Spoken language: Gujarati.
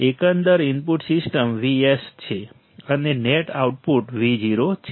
એકંદર ઇનપુટ સિસ્ટમ Vs છે અને નેટ આઉટપુટ Vo છે